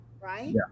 right